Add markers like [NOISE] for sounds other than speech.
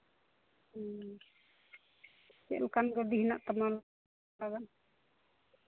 ᱦᱮᱸ ᱪᱮᱫ ᱞᱮᱠᱟᱱ ᱜᱟᱹᱰᱤ ᱢᱮᱱᱟᱜ ᱛᱟᱢᱟ [UNINTELLIGIBLE]